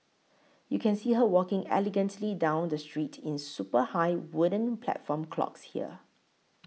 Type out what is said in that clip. you can see her walking elegantly down the street in super high wooden platform clogs here